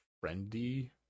friendly